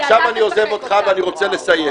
עכשיו אני עוזב אותך ואני רוצה לסיים.